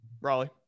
Raleigh